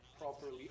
properly